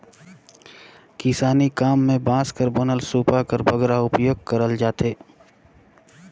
किसानी काम मे बांस कर बनल सूपा कर बगरा उपियोग करल जाथे